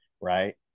right